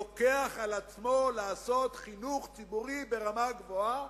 לוקח על עצמו לעשות חינוך ציבורי ברמה גבוהה,